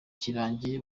kirangiye